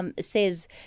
says